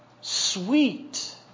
sweet